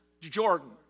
Jordan